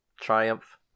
triumph